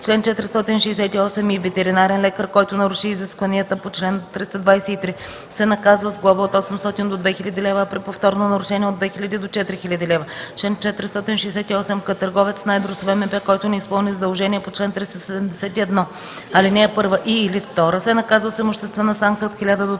Чл. 468и. Ветеринарен лекар, който наруши изискванията по чл. 323, се наказва с глоба от 800 до 2000 лв., а при повторно нарушение – от 2000 до 4000 лв. Чл. 468к. Търговец на едро с ВМП, който не изпълни задължение по чл. 371, ал. 1 и/или 2, се наказва с имуществена санкция от 1000 до 3000